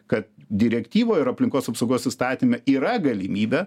kad direktyvoj ir aplinkos apsaugos įstatyme yra galimybė